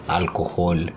alcohol